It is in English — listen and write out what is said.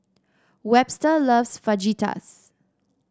Webster loves Fajitas